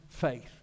faith